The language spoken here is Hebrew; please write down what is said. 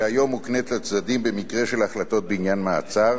שהיום מוקנית לצדדים במקרים של החלטות בעניין מעצר,